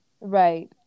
right